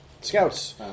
Scouts